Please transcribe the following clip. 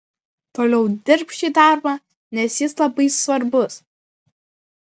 toliau dirbk šį darbą nes jis labai svarbus